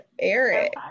Eric